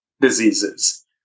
diseases